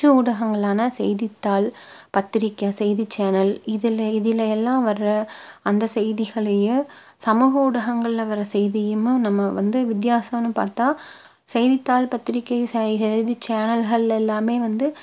அச்சு ஊடகங்களான செய்தித்தாள் பத்திரிக்கை செய்தி சேனல் இதில் இதில் எல்லாம் வர்ற அந்த செய்திகளையே சமூக ஊடகங்களில் வர்ற செய்தியும் நம்ம வந்து வித்தியாசனு பார்த்தா செய்தித்தாள் பத்திரிகை செய் செய்தி சேனல்களில் எல்லாமே வந்து